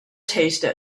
tasted